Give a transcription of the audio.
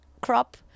crop